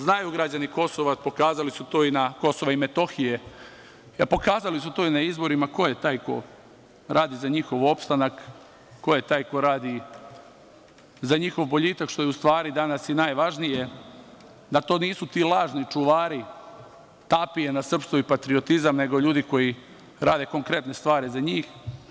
Znaju građani Kosova i Metohije, pokazali su to i na izborima ko je taj ko radi za njihov opstanak, ko je taj ko radi za njihov boljitak, što je u stvari danas i najvažnije, da to nisu ti lažni čuvari tapije na srpstvo i patriotizam, nego ljudi koji rade konkretne stvari za njih.